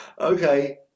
Okay